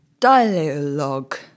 Dialogue